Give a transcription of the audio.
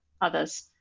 others